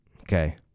okay